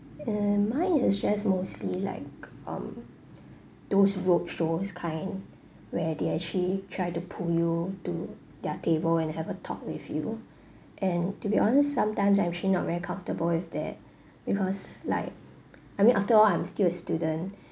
err mine is just mostly like um those roadshows kind where they actually try to pull you to their table and have a talk with you and to be honest sometimes I'm actually not very comfortable with that because like I mean after all I'm still a student